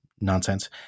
nonsense